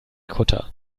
kutter